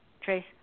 Trace